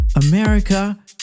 america